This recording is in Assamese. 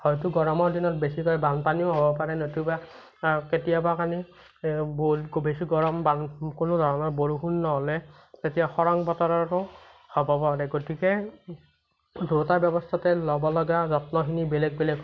হয়তু গৰমৰ দিনত বেছিকৈ বানপানীও হ'ব পাৰে নতুবা কেতিয়াবা মানে বহুত বেছি গৰম বা কোনো ধৰণৰ বৰষুণ নহ'লে তেতিয়া খৰাং বতৰো হ'ব পাৰে গতিকে দুয়োটা ব্যৱস্থাতে ল'ব লগা যত্নখিনি বেলেগ বেলেগ হয়